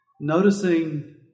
Noticing